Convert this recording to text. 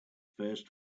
first